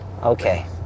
okay